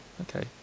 okay